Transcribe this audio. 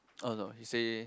oh no he say